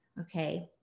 Okay